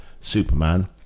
Superman